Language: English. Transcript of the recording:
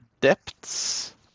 Depths